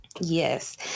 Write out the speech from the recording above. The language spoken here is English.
Yes